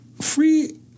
Free